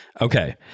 Okay